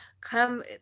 come